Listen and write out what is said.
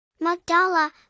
Magdala